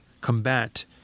combat